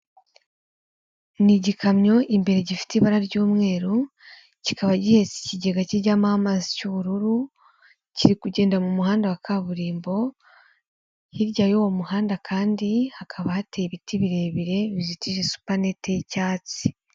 Ni igikamyo imbere gifite ibara ry'umweru, kikaba gihetse ikigega kiryamoho amazi cy'ubururu, kiri kugenda mu muhanda wa kaburimbo, hirya y'uwo muhanda kandi hakaba hateye ibiti birebire, bikikije supanete y'icyatsi.